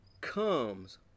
comes